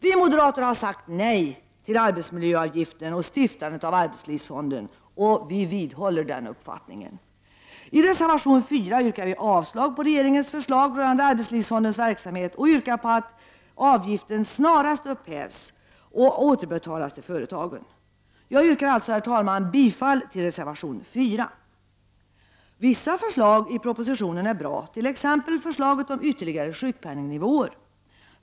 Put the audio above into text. Vi moderater har sagt nej till arbetsmiljöavgiften och stiftandet av arbetslivsfonden, och vi vidhåller denna uppfattning. I reservation 4 yrkar vi avslag på regeringens förslag rörande arbetslivsfondens verksamhet och yrkar på att avgiften snarast slopas och återbetalas till företagen. Jag yrkar alltså, herr talman, bifall till reservation 4. Vissa förslag i propositionen är bra, t.ex. förslaget om ytterligare sjukpenningnivåer.